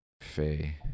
Faye